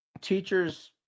teachers